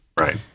Right